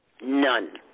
None